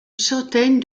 centaine